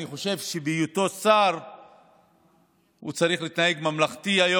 אני חושב שבהיותו שר הוא צריך להתנהג באופן ממלכתי,